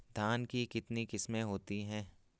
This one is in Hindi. धान की कितनी किस्में होती हैं?